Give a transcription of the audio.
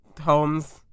homes